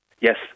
Yes